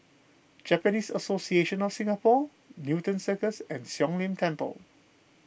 Japanese Association of Singapore Newton Circus and Siong Lim Temple